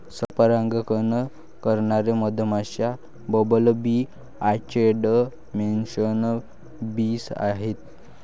सध्या परागकण करणारे मधमाश्या, bumble bee, orchard mason bees आहेत